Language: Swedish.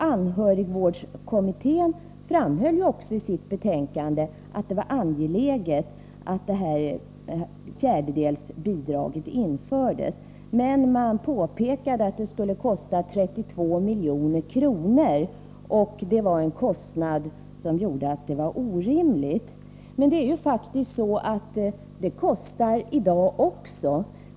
Anhörigvårdskommittén framhöll ju också i sitt betänkande att det var angeläget att det här fjärdedelsbidraget infördes, men man påpekade att det skulle kosta 32 milj.kr., och det var en kostnad som ansågs orimlig. Men det kostar faktiskt i dag också.